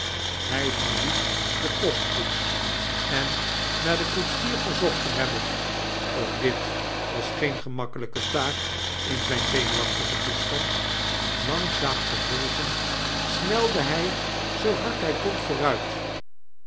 hij verliet de postkoetis en na den koetsier verzocht te hebben ook dit was geen gemakkelijke taak in zija zenuwachtigen toestand langzaam te volgen snelde hij zoo hard hij kon